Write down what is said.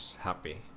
happy